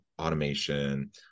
automation